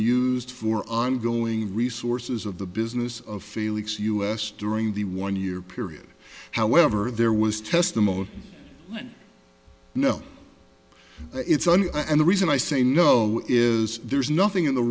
used for ongoing resources of the business of felix us during the one year period however there was testimony when no it's on and the reason i say no is there's nothing in the